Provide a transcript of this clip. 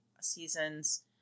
seasons